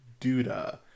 Duda